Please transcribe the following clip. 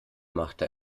machte